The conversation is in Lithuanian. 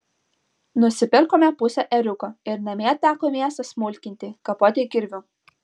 nusipirkome pusę ėriuko ir namie teko mėsą smulkinti kapoti kirviu